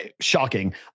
shocking